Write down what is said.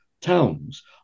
towns